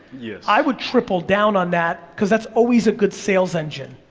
yeah i would triple down on that, cause that's always a good sales engine.